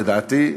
לדעתי,